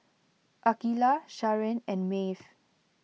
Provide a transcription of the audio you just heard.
Akeelah Sharen and Maeve